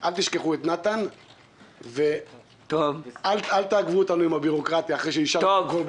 אל תשכחו את נתן ואל תעכבו אותנו עם הבירוקרטיה אחרי שאישרתם את הכול,